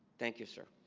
thank you sir